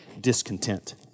discontent